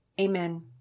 Amen